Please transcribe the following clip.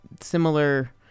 similar